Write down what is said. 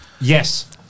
Yes